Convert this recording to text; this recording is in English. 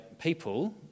people